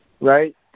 right